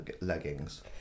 leggings